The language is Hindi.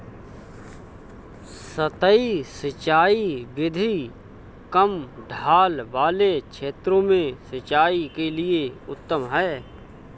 सतही सिंचाई विधि कम ढाल वाले क्षेत्रों में सिंचाई के लिए उत्तम है